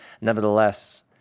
Nevertheless